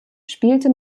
spielte